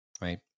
right